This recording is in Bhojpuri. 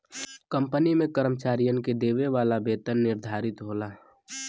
कंपनी में कर्मचारियन के देवे वाला वेतन निर्धारित होला